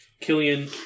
Killian